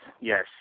yes